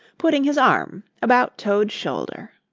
putting his arm about toad's shoulder.